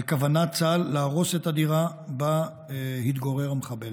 על כוונת צה"ל להרוס את הדירה שבה התגורר מחבל.